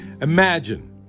Imagine